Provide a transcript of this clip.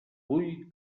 vull